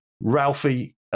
Ralphie